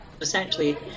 essentially